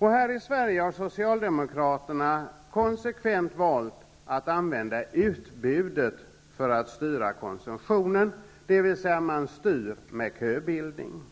Här i Sverige har Socialdemokraterna konsekvent valt att använda utbudet för att styra konsumtionen, dvs. man styr med köbildning.